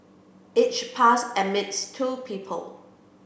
each pass admits two people